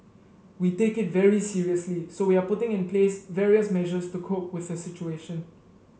we take it very seriously so we are putting in place various measures to cope with the situation